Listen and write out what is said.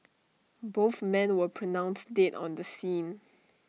both men were pronounced dead on the scene